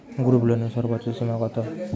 গ্রুপলোনের সর্বোচ্চ সীমা কত?